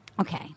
okay